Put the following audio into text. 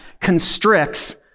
constricts